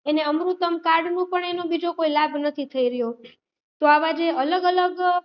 એને અમૃતમ કાર્ડનું એનું બીજો કોઈ લાભ નથી થઈ રહ્યો તો આવા જે અલગ અલગ